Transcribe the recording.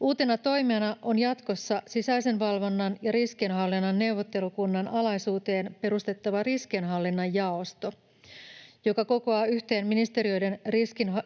Uutena toimijana on jatkossa sisäisen valvonnan ja riskienhallinnan neuvottelukunnan alaisuuteen perustettava riskienhallinnan jaosto, joka kokoaa yhteen ministeriöiden